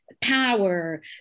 power